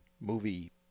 movie